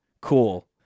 Cool